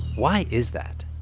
why is that?